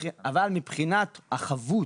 מבחינת החבות